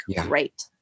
great